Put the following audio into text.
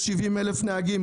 יש 70,000 נהגים.